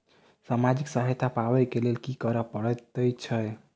सामाजिक सहायता पाबै केँ लेल की करऽ पड़तै छी?